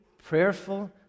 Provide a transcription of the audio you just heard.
prayerful